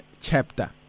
chapter